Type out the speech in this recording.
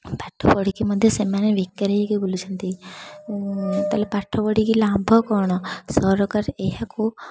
ପାଠ ପଢ଼ିକି ମଧ୍ୟ ସେମାନେ ବେକାରୀ ହେଇକି ବୁଲୁଛନ୍ତି ତାହେଲେ ପାଠ ପଢ଼ିକି ଲାଭ କ'ଣ ସରକାର ଏହାକୁ